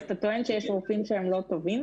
אז אתה טוען שיש היום רופאים שהם לא טובים?